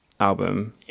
album